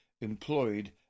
employed